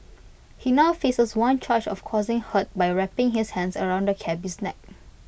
he now faces one charge of causing hurt by wrapping his hands around the cabby's neck